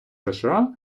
сша